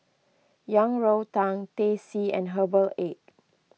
Yang Rou Tang Teh C and Herbal Egg